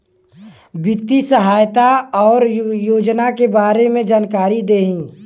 वित्तीय सहायता और योजना के बारे में जानकारी देही?